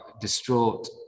distraught